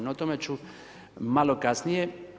No o tome ću malo kasnije.